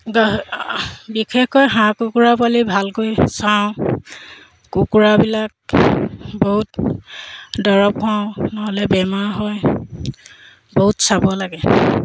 বিশেষকৈ হাঁহ কুকুৰা পোৱালি ভালকৈ চাওঁ কুকুৰাবিলাক বহুত দৰৱ খুৱাওঁ নহ'লে বেমাৰ হয় বহুত চাব লাগে